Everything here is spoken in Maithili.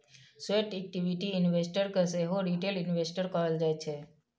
स्वेट इक्विटी इन्वेस्टर केँ सेहो रिटेल इन्वेस्टर कहल जाइ छै